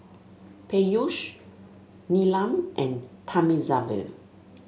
Peyush Neelam and Thamizhavel